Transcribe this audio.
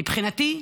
מבחינתי,